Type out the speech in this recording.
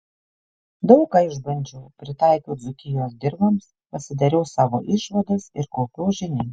daug ką išbandžiau pritaikiau dzūkijos dirvoms pasidariau savo išvadas ir kaupiau žinias